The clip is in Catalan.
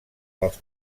dels